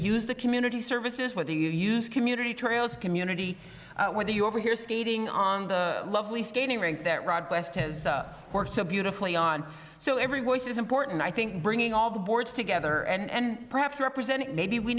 use the community services what do you use community trails community whether you overhear skating on the lovely skating rink that rod west has worked so beautifully on so everyone is important i think bringing all the boards together and perhaps representing maybe we